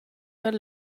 per